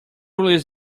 released